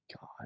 God